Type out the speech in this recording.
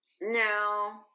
No